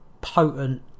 Potent